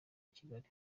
kigali